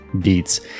beats